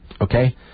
Okay